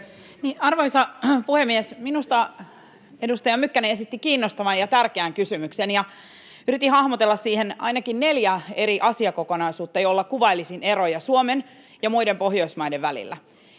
Arvoisa puhemies! Minusta edustaja Mykkänen esitti kiinnostavan ja tärkeän kysymyksen, ja yritin hahmotella siihen ainakin neljä eri asiakokonaisuutta, joilla kuvailisin eroja Suomen ja muiden Pohjoismaiden välillä.